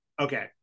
Okay